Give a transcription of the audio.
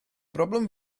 broblem